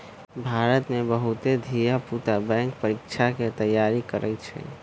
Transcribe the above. भारत में बहुते धिया पुता बैंक परीकछा के तैयारी करइ छइ